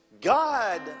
God